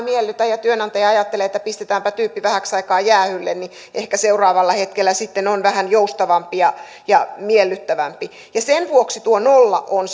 miellytä ja työnantaja ajattelee että pistetäänpä tyyppi vähäksi aikaa jäähylle niin ehkä seuraavalla hetkellä sitten on vähän joustavampi ja ja miellyttävämpi ja sen vuoksi tuo nolla on